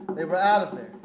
they were out of there.